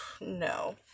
No